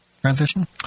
transition